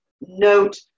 note